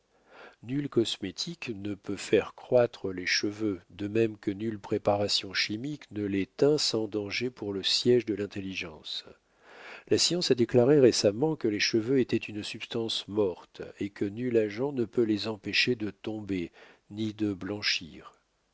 nul cosmétique ne peut faire croître les cheveux de même que nulle préparation chimique ne les teint sans danger pour le siége de l'intelligence la science a déclaré récemment que les cheveux étaient une substance morte et que nul agent ne peut les empêcher de tomber ni de blanchir